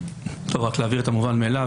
רק להבהיר את המובן מאליו,